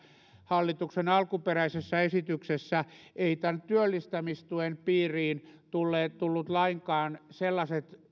hallituksen alkuperäisessä esityksessä ei tämän työllistämistuen piiriin tullut lainkaan